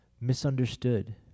misunderstood